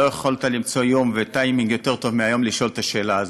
לא יכולת למצוא יום וטיימינג יותר טובים מהיום לשאול את השאלה הזאת.